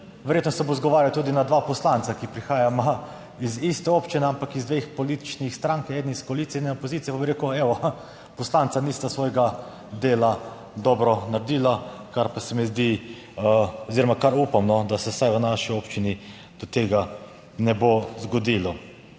verjetno se bo izgovarjal tudi na dva poslanca, ki prihajamo iz iste občine, ampak iz dveh političnih strank, eden iz koalicije in opozicije. Pa bom rekel, evo, poslanca nista svojega dela dobro naredila. Za kar pa se mi zdi oziroma upam, da vsaj v naši občini do tega ne bo zgodilo.